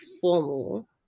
formal